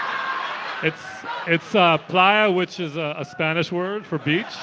um it's it's ah playa, which is ah a spanish word for beach